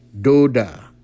Doda